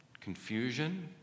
confusion